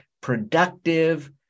productive